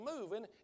moving